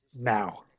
now